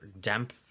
damp